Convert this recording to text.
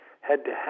head-to-head